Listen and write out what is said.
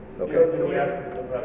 Okay